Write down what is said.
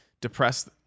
depressed